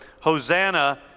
Hosanna